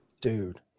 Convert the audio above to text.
Dude